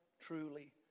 truly